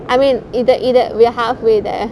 I mean either either we're halfway there